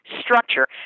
structure